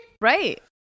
right